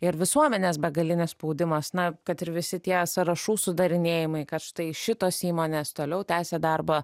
ir visuomenės begalinis spaudimas na kad ir visi tie sąrašų sudarinėjimai kad štai šitos įmonės toliau tęsia darbą